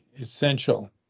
essential